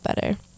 better